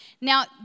Now